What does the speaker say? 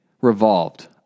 revolved